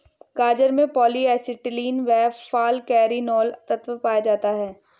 गाजर में polyacetylene व फालकैरिनोल तत्व पाया जाता है